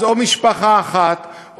אז או משפחה אחת,